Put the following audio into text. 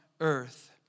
earth